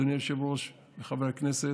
אדוני היושב-ראש וחברי הכנסת,